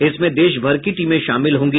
इसमें देश भर की टीमें शामिल होंगी